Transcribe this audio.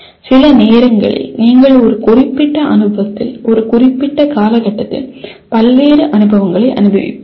சில நேரங்களில் நீங்கள் ஒரு குறிப்பிட்ட அனுபவத்தில் ஒரு குறிப்பிட்ட காலகட்டத்தில் பல்வேறு அனுபவங்களை அனுபவிப்பீர்கள்